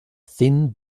thin